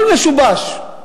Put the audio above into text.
עולה 200,000 דולר, הכול משובש.